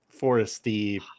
foresty